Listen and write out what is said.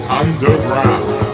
underground